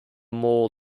mall